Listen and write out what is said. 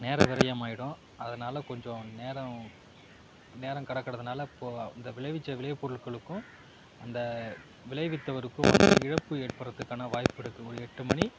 நேர விரையமாகிடும் அதனால் கொஞ்சம் நேரம் நேரம் கடக்குறதுனால இப்போது இந்த விளைவிச்ச விளைப்பொருள்களுக்கும் அந்த விளைவித்தவருக்கும் வந்து இழப்பு ஏற்பட்டுறத்துக்கான வாய்ப்பு இருக்குது ஒரு எட்டு மணி